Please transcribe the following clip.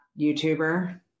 YouTuber